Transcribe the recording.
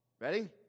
Ready